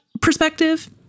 perspective